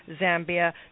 Zambia